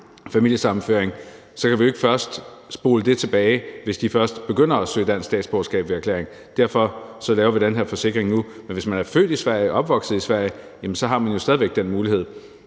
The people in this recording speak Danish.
familiesammenføring; så kan vi jo ikke spole det tilbage, hvis de først begynder at søge dansk statsborgerskab ved erklæring. Derfor laver vi den her forsikring nu. Men hvis man er født i Sverige og opvokset i Sverige, har man jo stadig væk den mulighed.